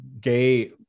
gay